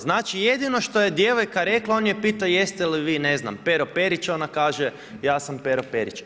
Znači jedino što je djevojka rekla on ju je pitao jeste li vi ne znam Pero Perić, ona kaže ja sam Pero Perić.